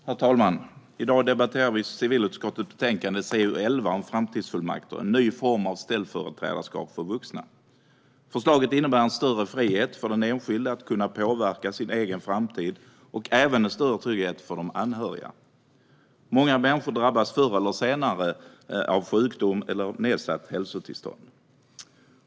Herr talman! I dag debatterar vi civilutskottets betänkande CU11 Framtidsfullmakter - en ny form av ställföreträdarskap för vuxna . Förslaget innebär en större frihet för den enskilde att kunna påverka sin egen framtid och även en större trygghet för de anhöriga. Många människor drabbas förr eller senare av sjukdom eller nedsatt hälsotillstånd.